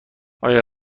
آیا